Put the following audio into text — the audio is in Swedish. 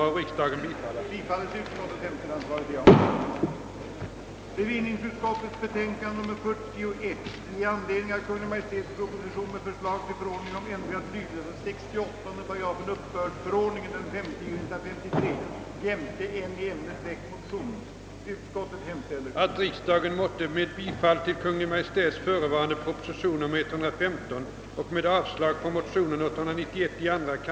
Däremot tror jag att herr Lindholm vet ungefär hur det ligger till.